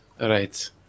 Right